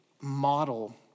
model